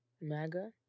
MAGA